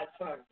first